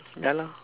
ya lah